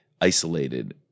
isolated